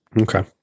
Okay